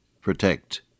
protect